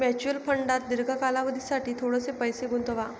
mutual फंडात दीर्घ कालावधीसाठी थोडेसे पैसे गुंतवा